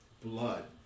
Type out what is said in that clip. blood